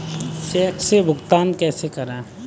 Check से भुगतान कैसे करें?